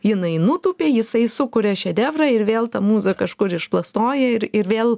jinai nutūpė jisai sukuria šedevrą ir vėl ta mūza kažkur išplasnoja ir ir vėl